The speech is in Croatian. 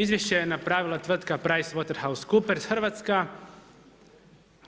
Izvješće je napravila tvrtka Price waterhouse coopers Hrvatska,